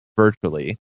virtually